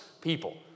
people